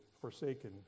forsaken